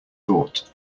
thought